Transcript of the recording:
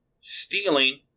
stealing